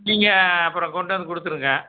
நீங்கள் அப்புறம் கொண்டு வந்து கொடுத்துருங்க